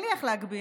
אין לי איך להגביר.